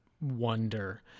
wonder